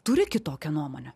turi kitokią nuomonę